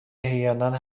احیانا